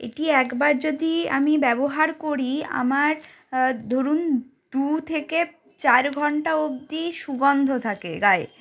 এটি একবার যদি আমি ব্যবহার করি আমার ধরুন দু থেকে চার ঘণ্টা অবধি সুগন্ধ থাকে গায়ে